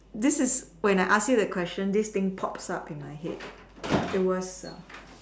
this is when I asked you the question this thing pops out in my head it was a